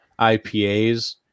IPAs